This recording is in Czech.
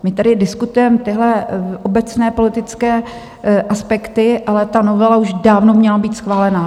My tady diskutujeme tyhle obecné politické aspekty, ale ta novela už dávno měla být schválena.